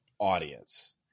audience